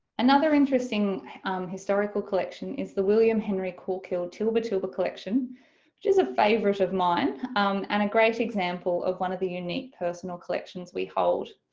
another interesting historical collection is the william henry corkhill, tilba tilba collection which is a favorite of mine and a great example of one of the unique personal collections we hold.